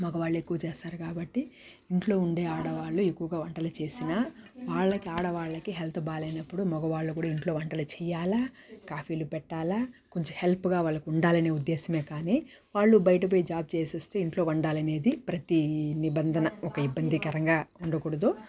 మగవాళ్ళు ఎక్కువ చేస్తారు కాబట్టి ఇంట్లో ఉండే ఆడవాళ్లు ఎక్కువగా వంటలు చేసిన వాళ్ళకి ఆడవాళ్ళకి హెల్త్ బాగాలేనప్పుడు మగవాళ్ళు కూడా ఇంట్లో వంటలు చేయాల కాఫీలు పెట్టాల కొంచెం హెల్ప్గా వాళ్లకు ఉండాలనే ఉద్దేశమే కాని వాళ్ళు బయటపోయి జాబ్ చేసొస్తే ఇంట్లో వండాలనేది ప్రతీ నిబంధన ఒక ఇబ్బందికరంగా ఉండకూడదు